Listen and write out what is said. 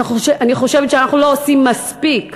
אני חושבת שאנחנו לא עושים מספיק.